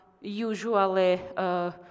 Usually